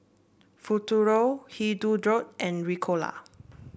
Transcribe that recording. Futuro Hirudoid and Ricola